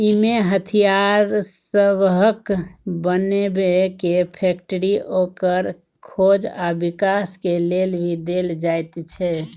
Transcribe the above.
इमे हथियार सबहक बनेबे के फैक्टरी, ओकर खोज आ विकास के लेल भी देल जाइत छै